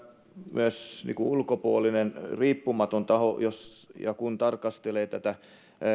myös aika ulkopuolinen riippumaton taho mitä hallituksella on ollut jos ja kun tarkastelee tätä